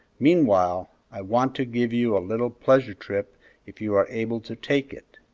meanwhile, i want to give you a little pleasure-trip if you are able to take it.